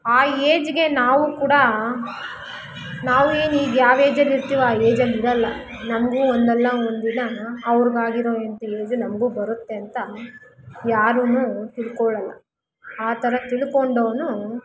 ಆ ಏಜ್ಗೆ ನಾವು ಕೂಡ ನಾವು ಏನು ಈಗ ಯಾವ ಏಜಲ್ಲಿ ಇರ್ತಿವೋ ಆ ಏಜಲ್ಲಿ ಇರಲ್ಲ ನಮಗೂ ಒಂದಲ್ಲ ಒಂದಿನ ಅವ್ರಿಗಾಗಿರೋ ಏಜು ನಮಗೂ ಬರುತ್ತೆ ಅಂತ ಯಾರೂ ತಿಳ್ಕೊಳಲ್ಲ ಆ ಥರ ತಿಳ್ಕೊಂಡೋನು